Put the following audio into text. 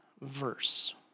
verse